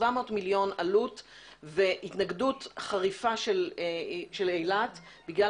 עלות של 700 מיליון שקלים והתנגדות חריפה של אילת בגלל